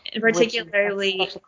particularly